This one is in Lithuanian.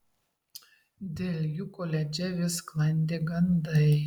dėl jų koledže vis sklandė gandai